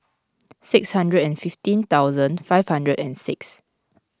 six hundred and fifteen thousand five hundred and six